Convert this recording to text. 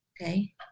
Okay